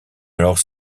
alors